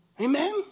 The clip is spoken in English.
Amen